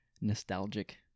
nostalgic